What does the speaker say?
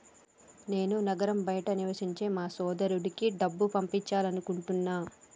నేను నగరం బయట నివసించే నా సోదరుడికి డబ్బు పంపాలనుకుంటున్నా